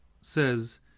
says